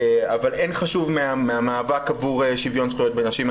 אבל אין חשוב מהמאבק עבור שוויון זכויות לנשים.